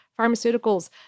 pharmaceuticals